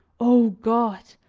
o god!